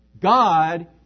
God